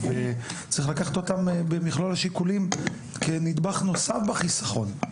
צריך לקחת אותם במכלול השיקולים כנדבך נוסף בחסכון.